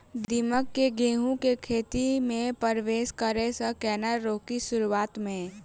दीमक केँ गेंहूँ केँ खेती मे परवेश करै सँ केना रोकि शुरुआत में?